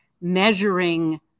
measuring